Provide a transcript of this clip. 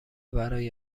برای